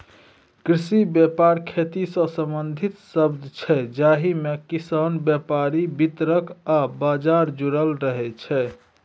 कृषि बेपार खेतीसँ संबंधित शब्द छै जाहिमे किसान, बेपारी, बितरक आ बजार जुरल रहय छै